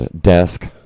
desk